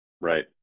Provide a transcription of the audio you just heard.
right